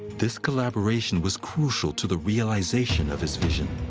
this collaboration was crucial to the realization of his vision.